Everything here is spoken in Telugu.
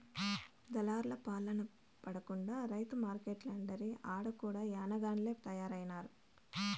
దళార్లపాల పడకుండా రైతు మార్కెట్లంటిరి ఆడ కూడా మాయగాల్లె తయారైనారు